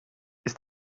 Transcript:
ist